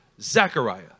Zechariah